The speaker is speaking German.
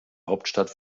hauptstadt